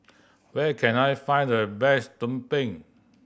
where can I find the best tumpeng